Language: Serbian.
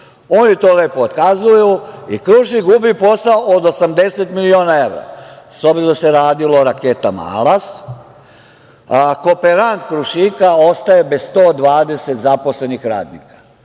Oni to lepo otkazuju i Krušik gubi posao od 80 miliona evra. S obzirom da se radilo o raketama „Alas“, kooperant Krušika ostaje bez 120 zaposlenih radnika.